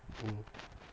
mm